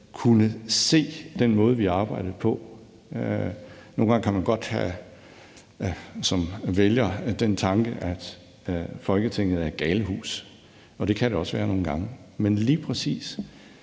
kunnet se den måde, vi arbejdede på. Nogle gange kan man godt som vælger have den tanke, at Folketinget er et galehus, og det kan det også være nogle gange. Men lige præcis